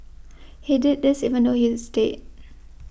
he did this even though he is dead